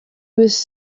was